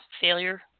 failure